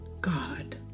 God